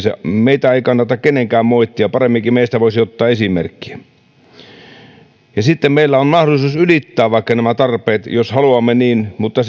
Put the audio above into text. meitä ei kannata kenenkään moittia paremminkin meistä voisi ottaa esimerkkiä sitten meillä on mahdollisuus ylittää vaikka nämä tarpeet jos niin haluamme mutta